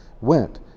went